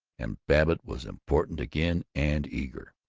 and babbitt was important again, and eager.